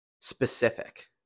specific